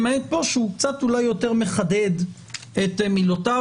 למעט פה שהוא קצת אולי יותר מחדד את מילותיו.